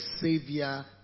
Savior